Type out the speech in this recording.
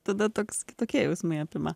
tada toks kitokie jausmai apima